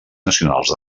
nacionals